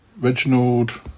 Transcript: Reginald